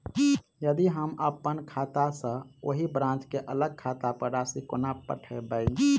यदि हम अप्पन खाता सँ ओही ब्रांच केँ अलग खाता पर राशि कोना पठेबै?